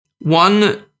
one